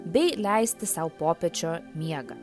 bei leisti sau popiečio miegą